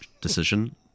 decision